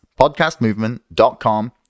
podcastmovement.com